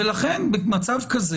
במצב כזה,